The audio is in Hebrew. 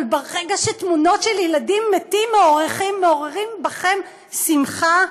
אבל ברגע שתמונות של ילדים מתים מעוררות בכם שמחה,